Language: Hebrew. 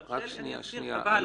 תרשה לי ואני אסביר.